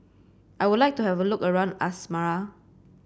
I would like to have a look around Asmara